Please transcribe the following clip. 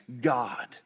God